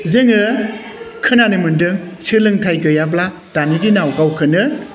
जोङो खोनानो मोनदों सोलोंथाइ गैयाब्ला दानि दिनाव गावखौनो